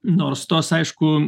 nors tos aišku